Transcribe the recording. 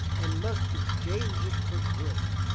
and must exchange it for good.